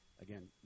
Again